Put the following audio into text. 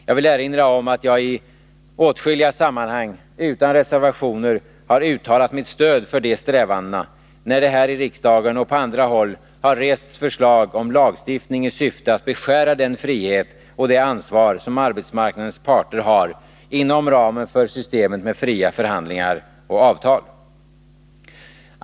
Jag vill erinra om att jag i åtskilliga sammanhang utan reservationer har uttalat mitt stöd för de strävandena, när det här i riksdagen och på andra håll har rests förslag om lagstiftning i syfte att beskära den frihet och det ansvar som arbetsmarknadens parter har inom ramen för systemet med fria förhandlingar och avtal.